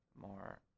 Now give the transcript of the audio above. more